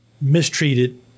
mistreated